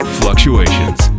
fluctuations